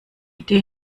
idee